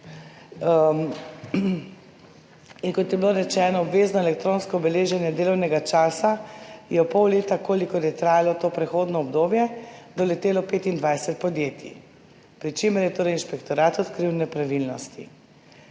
In kot je bilo rečeno, obvezno elektronsko beleženje delovnega časa je v pol leta, kolikor je trajalo to prehodno obdobje, doletelo 25 podjetij, pri čemer je torej inšpektorat odkril nepravilnosti.